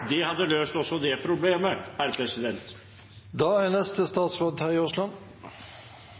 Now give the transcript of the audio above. Det hadde løst det også det problemet.